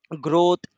growth